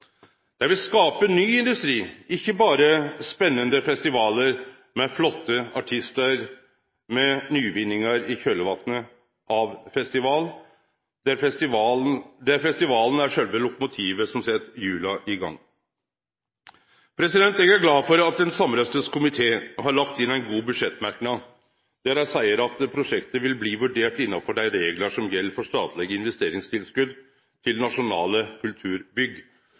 dei vil skape ny industri, ikkje berre spennande festivalar med flotte artistar, men nyvinningar i kjølvatnet av festival, der festivalen er sjølve lokomotivet som set hjula i gang. Eg er glad for at ein samrøystes komité har lagt inn ein god budsjettmerknad der dei seier at prosjektet vil bli vurdert innanfor dei reglar som gjeld for statleg investeringstilskot til nasjonale kulturbygg